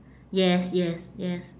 yes yes yes